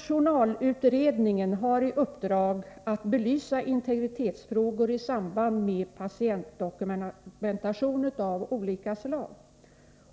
Journalutredningen har i uppdrag att belysa integritetsfrågor i samband med patientdokumentation av olika slag,